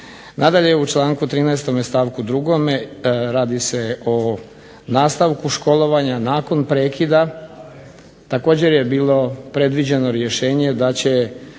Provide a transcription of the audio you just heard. Nadalje, u članku 13. stavku 2. radi se o nastavku školovanja nakon prekida. Također je bilo predviđeno rješenje da će